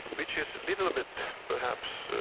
which is a little bit perhaps